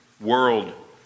world